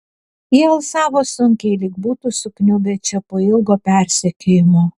jie alsavo sunkiai lyg būtų sukniubę čia po ilgo persekiojimo